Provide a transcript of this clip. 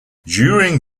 during